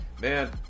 Man